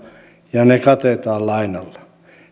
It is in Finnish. ja ne katetaan lainalla